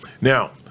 now